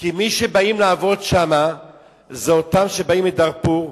כי מי שבאים לעבוד שם זה אותם שבאים מדארפור,